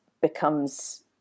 becomes